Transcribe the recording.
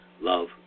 love